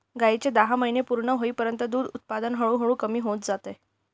गायीचे दहा महिने पूर्ण होईपर्यंत दूध उत्पादन हळूहळू कमी होत जाते